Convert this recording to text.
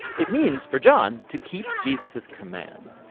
it means for john to keep jesus's commands.